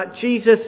Jesus